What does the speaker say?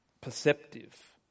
perceptive